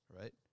right